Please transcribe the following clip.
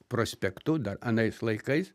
prospektu dar anais laikais